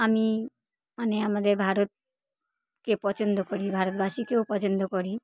আমি আমি আমাদের ভারতকে পছন্দ করি ভারতবাসীকেও পছন্দ করি